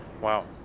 Wow